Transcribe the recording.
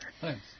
Thanks